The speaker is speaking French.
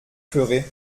ferez